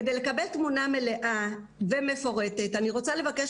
כדי לקבל תמונה מלאה ומפורטת אני רוצה לבקש